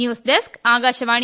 news desk Akashvani